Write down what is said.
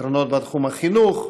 פתרונות בתחום החינוך,